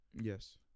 Yes